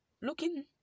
Looking